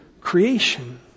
creation